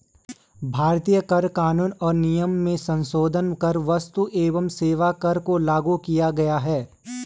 भारतीय कर कानून और नियम में संसोधन कर क्स्तु एवं सेवा कर को लागू किया गया है